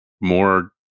more